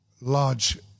large